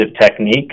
technique